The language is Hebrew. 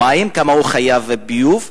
בבקשה,